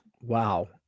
Wow